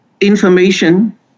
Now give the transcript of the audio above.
information